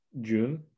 june